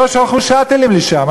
לא שלחו "שאטלים" לשם.